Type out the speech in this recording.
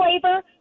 flavor